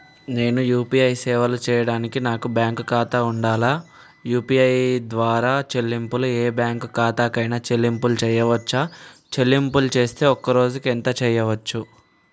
నేను యూ.పీ.ఐ సేవలను చేయడానికి నాకు బ్యాంక్ ఖాతా ఉండాలా? యూ.పీ.ఐ ద్వారా చెల్లింపులు ఏ బ్యాంక్ ఖాతా కైనా చెల్లింపులు చేయవచ్చా? చెల్లింపులు చేస్తే ఒక్క రోజుకు ఎంత చేయవచ్చు?